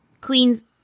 Queens